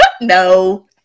No